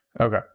Okay